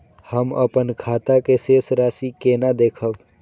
हम अपन खाता के शेष राशि केना देखब?